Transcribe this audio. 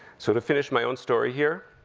sort of finish my own story here,